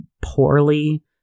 poorly